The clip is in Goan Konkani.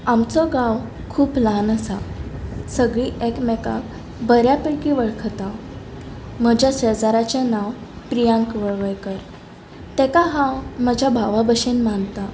आमचो गांव खूप ल्हान आसा सगळीं एकमेकाक बऱ्या पैकी वळखता म्हज्या शेजाराचें नांव प्रियांक वळवयकर तेका हांव म्हज्या भावा भशेन मानता